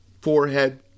forehead